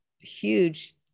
huge